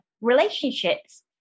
relationships